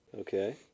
Okay